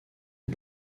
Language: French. est